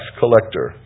collector